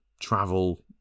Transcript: travel